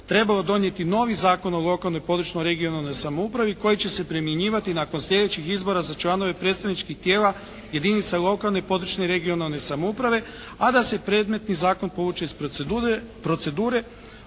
trebalo donijeti novi Zakon o lokalnoj i područnoj (regionalnoj) samoupravi koji će se primjenjivati nakon sljedećih izbora za članova predstavničkih tijela jedinica lokalne i područne (regionalne) samouprave, a da se predmetni zakon povuče iz procedure,